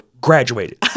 graduated